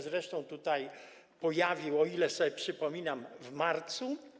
Zresztą on się tutaj pojawił, o ile sobie przypominam, w marcu.